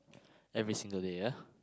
every single day